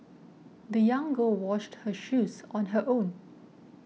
the young girl washed her shoes on her own